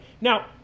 Now